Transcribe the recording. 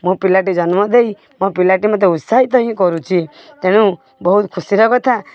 ମୋ ପିଲାଟି ଜନ୍ମ ଦେଇ ମୋ ପିଲାଟି ମୋତେ ଉତ୍ସାହିତ ହିଁ କରୁଛି ତେଣୁ ବହୁତ ଖୁସିର କଥା